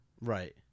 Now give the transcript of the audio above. Right